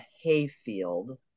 hayfield